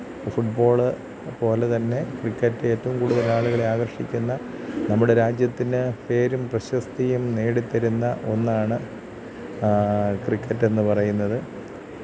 football പോലെത്തന്നെ cricket ഏറ്റവും കൂടുതൽ ആളുകളെ ആകർഷിക്കുന്ന നമ്മുടെ രാജ്യത്തിന് പേരും പ്രശസ്തിയും നേടിത്തരുന്ന ഒന്നാണ് ക്രിക്കറ്റ് എന്ന് പറയുന്നത്